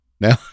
Now